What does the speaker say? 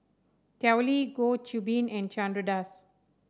Tao Li Goh Qiu Bin and Chandra Das